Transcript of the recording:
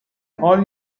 all